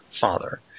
father